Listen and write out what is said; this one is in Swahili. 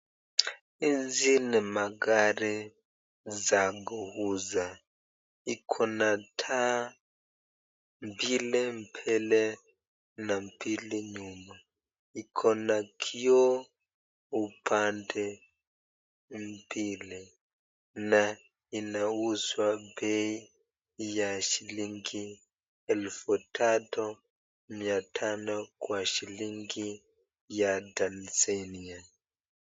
Hizi ni magari za kuuza mbili mbele na mbili nyuma. Iko na kioo upande mbili na inauza bei ya shilingi elfu tatu mia tano kwa shilingi ya Tanzania.